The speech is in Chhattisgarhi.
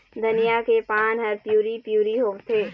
धनिया के पान हर पिवरी पीवरी होवथे?